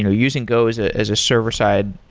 you know using go as ah as a server-side,